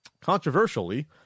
Controversially